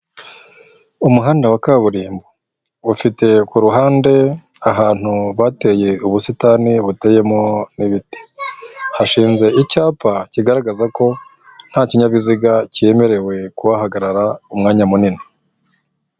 Umuhanda wa kaburimbo, ufite ku ruhande ahantu bateye ubusitani buteyemo ibiti, hashinze icyapa kigaragaza ko nta kinyabiziga cyemerewe kuhahagarara umwanya munini.